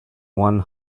one